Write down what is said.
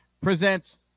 presents